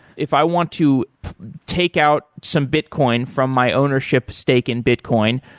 if i want to take out some bitcoin from my ownership stake in bitcoin,